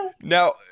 Now